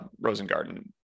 Rosengarten